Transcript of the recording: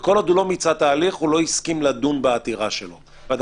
כל עוד הוא לא מיצה את ההליך בית המשפט לא הסכים לדון בעתירה שלו.